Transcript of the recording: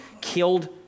killed